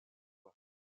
voie